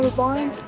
bond?